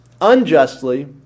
unjustly